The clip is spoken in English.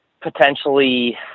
potentially